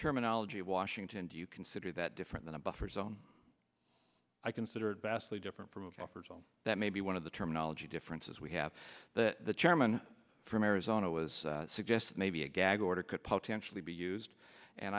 terminology washington do you consider that different than a buffer zone i considered vastly different from that maybe one of the terminology differences we have that the chairman from arizona was suggested maybe a gag order could potentially be used and